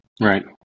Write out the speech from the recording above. Right